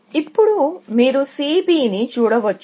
ఇప్పుడు మీరు C B ని చూడవచ్చు